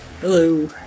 Hello